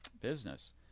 business